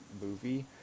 movie